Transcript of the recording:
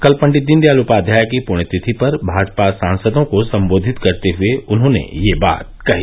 कल पंडित दीनदयाल उपाध्याय की पुण्यतिथि पर भाजपा सांसदों को संबोधित करते हुए उन्होंने ये बात कही